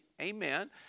Amen